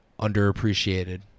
underappreciated